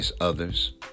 Others